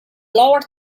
lower